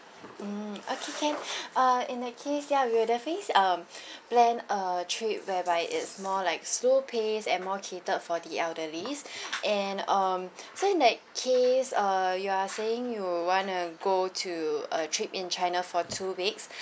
mm okay can uh in that case ya we'll definitely um plan a trip whereby it's more like slow paced and more catered for the elderlies and um so in that case uh you are saying you want to go to a trip in china for two weeks